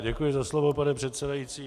Děkuji za slovo, pane předsedající.